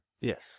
Yes